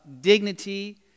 dignity